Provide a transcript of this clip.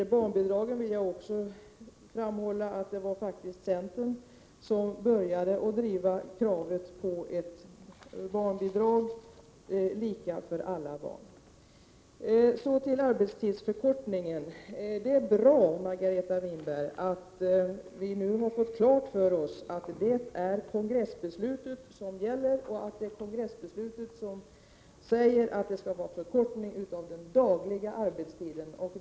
Jag vill också framhålla att det faktiskt var centern som började driva kravet på ett barnbidrag, lika för alla barn. Det är bra, Margareta Winberg, att vi nu har fått klart för oss att det är kongressbeslutet om arbetstidsförkortningen som gäller och att kongressbeslutet säger att det skall vara förkortning av den dagliga arbetstiden.